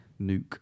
nuke